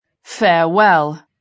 farewell